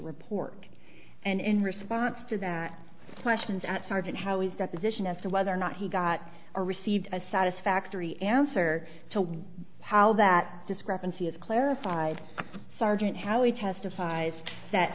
report and in response to that questions at sergeant how is that position as to whether or not he got or received a satisfactory answer to how that discrepancy is clarified sergeant how he testifies